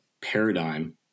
paradigm